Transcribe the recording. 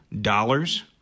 dollars